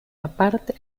aparte